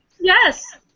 Yes